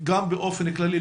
אני מתכוון באופן כללי,